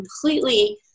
completely